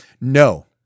No